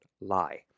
lie